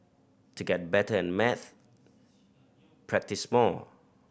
to get better at maths practise more